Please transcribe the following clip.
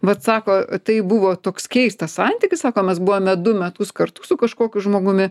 vat sako tai buvo toks keistas santykis sako mes buvome du metus kartu su kažkokiu žmogumi